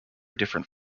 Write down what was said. different